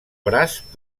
braç